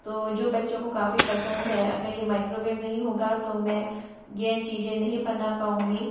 तो जो बच्चों को काफ़ी पसंद है अगर ये माइक्रोवेव नहीं होगा तो मैं यह चीज़ें नहीं बना पाऊंगी